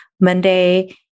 Monday